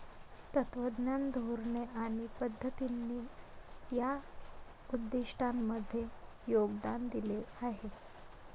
तत्त्वज्ञान, धोरणे आणि पद्धतींनी या उद्दिष्टांमध्ये योगदान दिले आहे